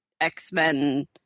X-Men